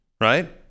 right